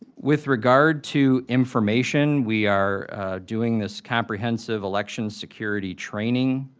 with regard to information, we are doing this comprehensive election security training,